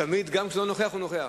תמיד גם כשהוא לא נוכח הוא נוכח,